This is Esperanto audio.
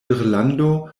irlando